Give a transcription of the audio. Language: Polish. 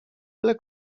ile